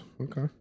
Okay